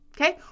okay